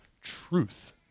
truth